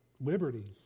liberties